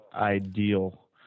ideal